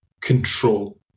control